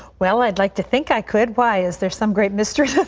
well, i'd like to think i could. why? is there some great mystery to that?